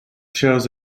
shows